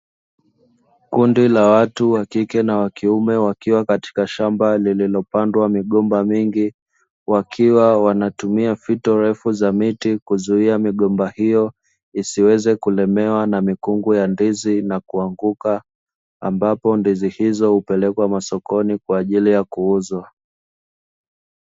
Kundi la watu wa kike na wa kiume wakiwa katika shamba lililopandwa migomba mingi. Wakiwa wanatumia fito refu za miti kuzuia migomba hiyo isiweze kuelemewa na mikungu ya ndizi na kuanguka. Ambapo ndizi hizo hupelekwa masokoni kwa ajili ya kuuzwa.